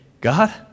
God